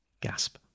Gasp